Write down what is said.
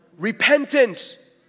repentance